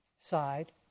side